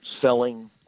selling